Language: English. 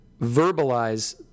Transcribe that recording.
verbalize